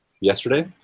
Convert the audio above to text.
yesterday